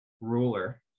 ruler